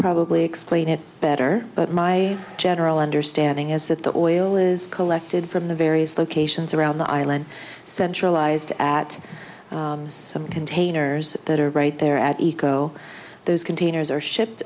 probably explain it better but my general understanding is that the oil is collected from the various locations around the island centralized at some containers that are right there at eco those containers are shipped